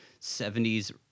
70s